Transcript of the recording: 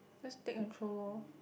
just take and throw loh